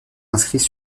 inscrits